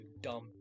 dumb